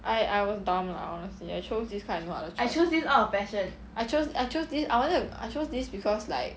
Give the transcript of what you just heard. I I was dumb lah honestly I chose this cause I have no other choice I choose I choose this I want to I choose this because like